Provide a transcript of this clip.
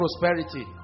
prosperity